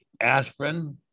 aspirin